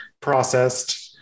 processed